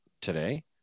today